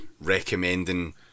recommending